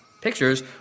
pictures